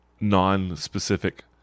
non-specific